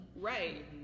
right